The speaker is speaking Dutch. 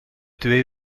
twee